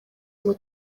ngo